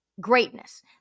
greatness